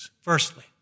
Firstly